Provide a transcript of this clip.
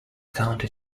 county